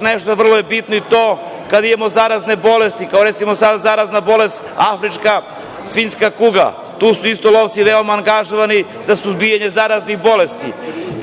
nešto, vrlo je bitno i to, kada imao zarazne bolesti, kao što je afrička, svinjska kuga, tu su lovci veoma angažovani za suzbijanje zaraznih bolesti.